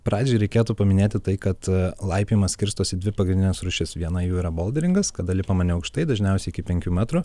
pradžiai reikėtų paminėti tai kad laipiojimas skirstosi į dvi pagrindines rūšis viena jų yra bolderingas kada lipama neaukštai dažniausiai iki penkių metrų